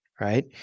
right